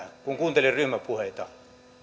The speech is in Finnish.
kun kuuntelin ryhmäpuheita